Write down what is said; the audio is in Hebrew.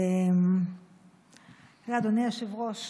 אדוני היושב-ראש,